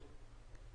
אותה,